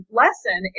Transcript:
lesson